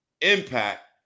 impact